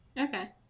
Okay